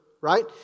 right